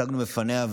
הצגנו בפניה,